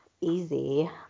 Easy